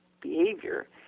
behavior